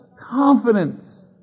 Confidence